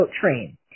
train